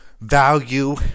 value